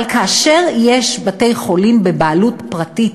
אבל כאשר יש בתי-חולים בבעלות פרטית,